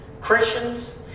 Christians